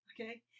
Okay